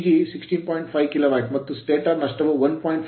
5KW ಮತ್ತು stator stator ನಷ್ಟವು 1